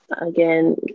again